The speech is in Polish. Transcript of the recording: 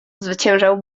zwyciężał